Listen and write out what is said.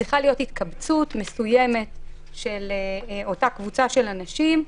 צריכה להיות התקבצות מסוימת של אותה קבוצה של אנשים,